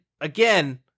again